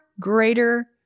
greater